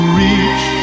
reach